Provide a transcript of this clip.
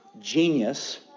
genius